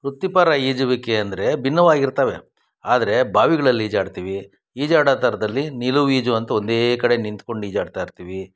ವೃತ್ತಿಪರ ಈಜುವಿಕೆ ಅಂದರೆ ಭಿನ್ನವಾಗಿರ್ತವೆ ಆದರೆ ಬಾವಿಗಳಲ್ಲಿ ಈಜಾಡ್ತೀವಿ ಈಜಾಡೋ ಥರದಲ್ಲಿ ನಿಲುವು ಈಜು ಅಂತ ಒಂದೇ ಕಡೆ ನಿಂತ್ಕೊಂಡು ಈಜಾಡ್ತಾ ಇರ್ತೀವಿ